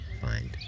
find